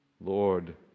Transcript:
Lord